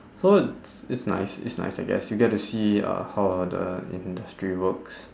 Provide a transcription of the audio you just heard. so it's it's nice it's nice I guess you get to see uh how the industry works